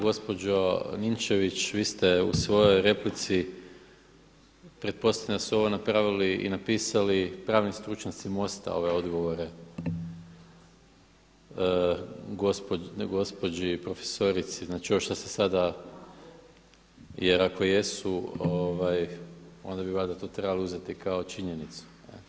Gospođo Ninčević, vi ste u svojoj replici, pretpostavljam da su ovo napravili i napisali pravni stručnjaci MOST-a ove odgovore gospođi profesorici, znači ovo što ste sada, jer ako jesu onda bi valjda to trebalo uzeti kao činjenicu.